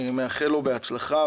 אני מאחל לו בהצלחה.